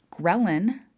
Ghrelin